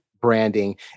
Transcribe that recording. branding